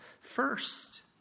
first